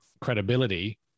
credibility